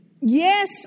Yes